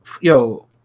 yo